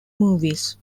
movies